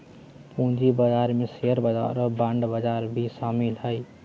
पूँजी बजार में शेयर बजार और बांड बजार भी शामिल हइ